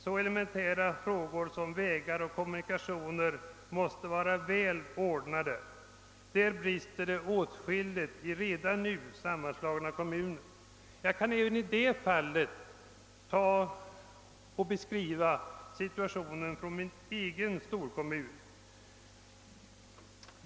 Så elementära saker som vägar och kommunikationer måste vara väl ordnade. Där brister det åtskilligt i redan nu sammanslagna kommuner. Jag kan även i det fallet beskriva situationen i min egen storkommun.